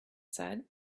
said